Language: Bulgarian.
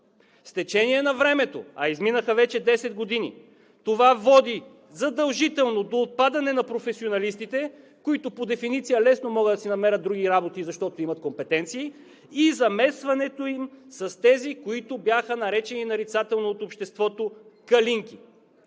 С течение на времето, а изминаха вече 10 години, това води задължително до отпадане на професионалистите, които по дефиниция лесно могат да си намерят други работи, защото имат компетенции, и замесването им с тези, които бяха наречени нарицателно от обществото „калинки“.